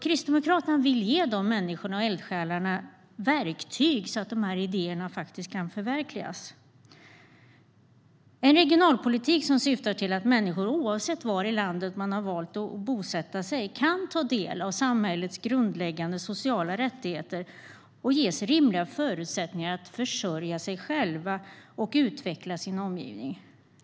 Kristdemokraterna vill ge dessa människor och eldsjälar verktyg så att dessa idéer kan förverkligas. Kristdemokraternas regionalpolitik syftar till att människor, oavsett var i landet man har valt att bosätta sig, kan ta del av samhällets grundläggande sociala rättigheter och ges rimliga förutsättningar att försörja sig själv och utveckla sin omgivning.